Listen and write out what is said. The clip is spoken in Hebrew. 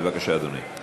בבקשה, אדוני.